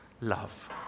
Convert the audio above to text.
love